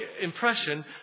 impression